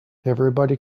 everybody